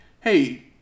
hey